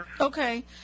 Okay